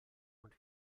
und